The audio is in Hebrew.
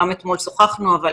גם אתמול שוחחנו, אבל